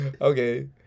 Okay